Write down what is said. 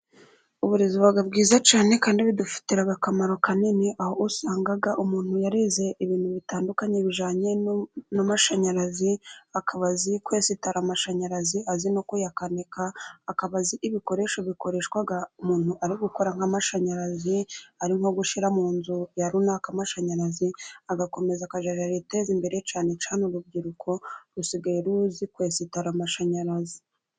Uburezi buba bwiza cyane kandi bidufitiye akamaro kanini, aho usanga umuntu yarahinze ibintu bitandukanye bijyananye n'amashanyarazi, akaba azi kwesitara amashanyarazi azi no kuyakanika, akaba azi ibikoresho bikoreshwa umuntu ari gukora nk'amashanyarazi ye, ari nko gushira mu nzu ya runaka amashanyarazi agakomeza akajya ariteza imbere. Cyane cyane urubyiruko rusigaye ruzi kwesitara amashanyarazi.